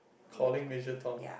calling Major Tom